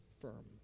firm